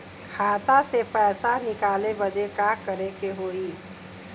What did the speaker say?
खाता से पैसा निकाले बदे का करे के होई?